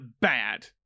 bad